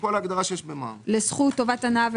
כל ההגדרה שיש בחוק מס ערך מוסף.